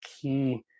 key